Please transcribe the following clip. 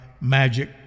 magic